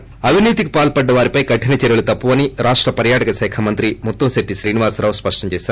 ి అవినీతికి పాల్సడిన వారిపై కఠిన చర్యలు తప్పవని రాష్ట పర్యాటక శాఖ మంత్రి ముత్తంశెట్టి శ్రీనివాస్ స్పష్టం చేశారు